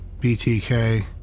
BTK